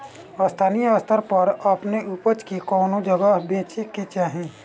स्थानीय स्तर पर अपने ऊपज के कवने जगही बेचे के चाही?